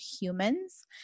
humans